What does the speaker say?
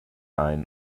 ein